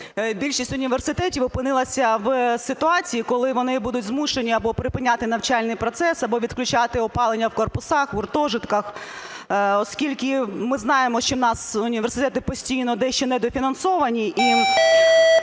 більшість університетів опинилася в ситуації, коли вони будуть змушені або припиняти навчальний процес, або відключати опалення в корпусах, в гуртожитках, оскільки ми знаємо, що у нас університети постійно дещо недофінансовані